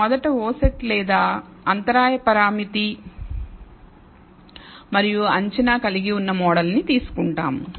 మనం మొదట o set లేదా అంతరాయ పరామితి మరియు అంచనా కలిగి ఉన్న మోడల్ను తీసుకుంటాము